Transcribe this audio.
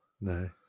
no